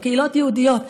על קהילות יהודיות,